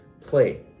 play